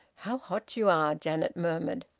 how hot you are! janet murmured.